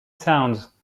towns